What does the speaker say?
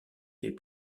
fait